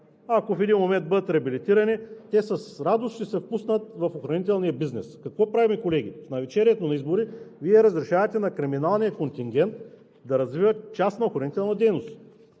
ако в един момент бъдат реабилитирани, с радост ще се впуснат в охранителния бизнес. Какво правим, колеги? В навечерието на избори Вие разрешавате на криминалния контингент да развива частна охранителна дейност!